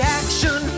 action